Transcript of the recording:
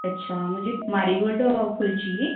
अच्छा मुझे मारीगोल्ड फूल चाहिए